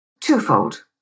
twofold